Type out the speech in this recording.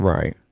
Right